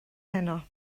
heno